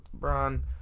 LeBron